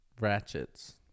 Ratchets